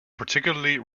particularly